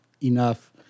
enough